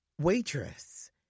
waitress